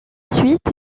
suite